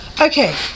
Okay